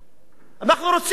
אנחנו רוצים לעבוד,